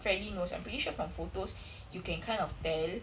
fairly knows I'm pretty sure from photos you can kind of tell